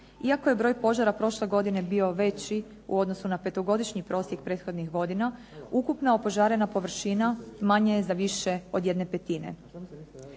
Iako je broj požara prošle godine bio veći u odnosu na 5-godišnji prosjek prethodnih godina ukupna opožarena površina manja je za više od 1/5.